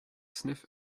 sniff